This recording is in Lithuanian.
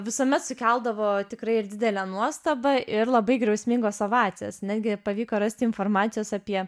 visuomet sukeldavo tikrai ir didelę nuostabą ir labai griausmingos ovacijos netgi pavyko rasti informacijos apie